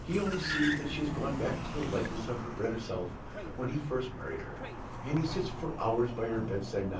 he only sees that she has gone back to the likeness of her better self when he first married her and he sits for hours by her bedside now,